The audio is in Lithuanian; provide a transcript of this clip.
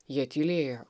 jie tylėjo